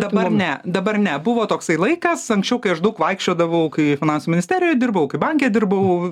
dabar ne dabar ne buvo toksai laikas anksčiau kai aš daug vaikščiodavau kai finansų ministerijoj dirbau kai banke dirbau